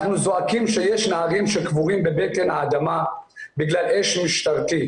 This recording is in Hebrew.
אנחנו זועקים שיש נערים שקבורים בבטן האדמה בגלל אש משטרתית,